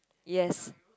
yes